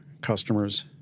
customers